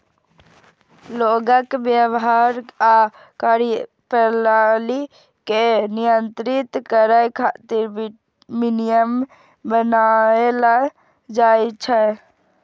लोगक व्यवहार आ कार्यप्रणाली कें नियंत्रित करै खातिर विनियम बनाएल जाइ छै